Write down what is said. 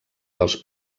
dels